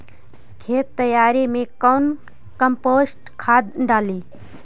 खेत तैयारी मे कौन कम्पोस्ट खाद डाली?